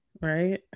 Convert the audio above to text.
Right